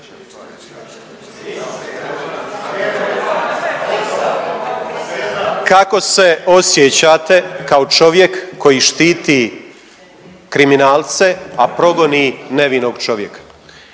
Kako se osjećate kao čovjek koji štiti kriminalce, a progoni nevinog čovjeka?